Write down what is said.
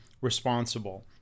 responsible